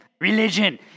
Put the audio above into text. Religion